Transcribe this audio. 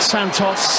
Santos